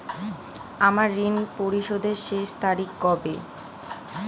আমার ঋণ পরিশোধের শেষ তারিখ কবে?